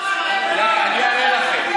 למי ג'ובים?